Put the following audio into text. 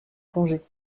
congés